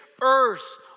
earth